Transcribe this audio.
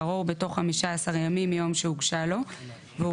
לערור בתוך חמישה עשר ימים מיום שהוגשה לו והוא